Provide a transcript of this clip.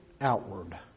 outward